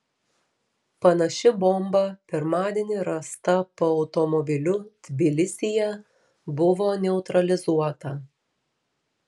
panaši bomba pirmadienį rasta po automobiliu tbilisyje buvo neutralizuota